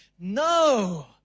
No